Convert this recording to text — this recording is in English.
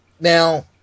Now